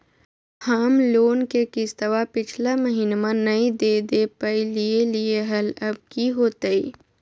हम लोन के किस्तवा पिछला महिनवा नई दे दे पई लिए लिए हल, अब की होतई?